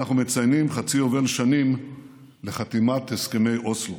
אנחנו מציינים חצי יובל שנים לחתימת הסכמי אוסלו.